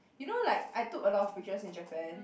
you know like I took a lot of pictures in Japan